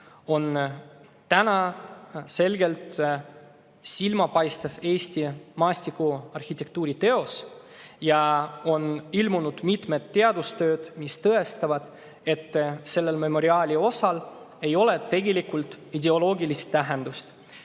on täna selgelt silmapaistev Eesti maastikuarhitektuuriteos. Ja on ilmunud mitmed teadustööd, mis tõestavad, et sellel memoriaaliosal ei ole tegelikult ideoloogilist tähendust.